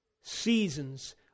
seasons